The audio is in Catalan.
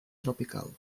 tropical